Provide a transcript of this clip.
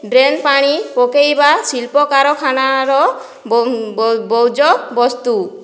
drain ପାଣି ପକେଇବା ଶିଳ୍ପ କାରଖାନାର ବର୍ଜ୍ୟବସ୍ତୁ